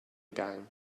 gang